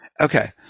Okay